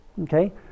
okay